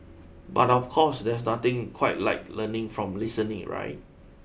but of course there's nothing quite like learning from listening right